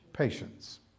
Patience